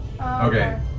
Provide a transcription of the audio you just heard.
Okay